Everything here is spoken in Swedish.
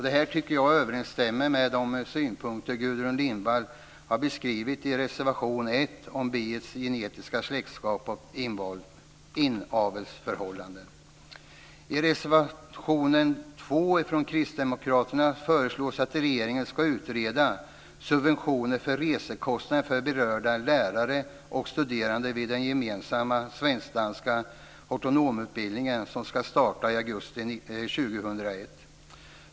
Det tycker jag överensstämmer med de synpunkter Gudrun Lindvall har beskrivit i reservation 1 om biets genetiska släktskaps och inavelsförhållande. I reservation 2 från Kristdemokraterna föreslås att regeringen ska utreda subventioner för resekostnader för berörda lärare och studerande vid den gemensamma svensk-danska hortonomutbildning som ska starta i augusti 2001.